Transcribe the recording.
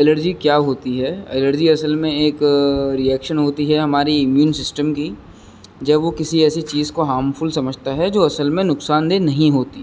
allergy کیا ہوتی ہے الرجی اصل میں ایک رئیکشن ہوتی ہے ہماری امیون سسٹم کی جب وہ کسی ایسی چیز کو ہامفل سمجھتا ہے جو اصل میں نقصان دہ نہیں ہوتی